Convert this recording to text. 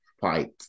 fight